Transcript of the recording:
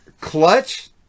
Clutch